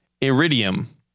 Iridium